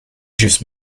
juice